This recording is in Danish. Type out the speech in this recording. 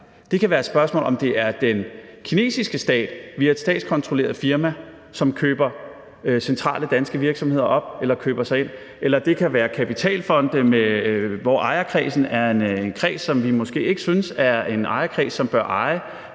Det kan være et spørgsmål om, om det er den kinesiske stat via et statskontrolleret firma, som køber centrale danske virksomheder op eller køber sig ind i dem, eller det kan være kapitalfonde, hvor ejerkredsen er en kreds, som vi måske ikke synes er en ejerkreds, som bør eje